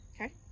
Okay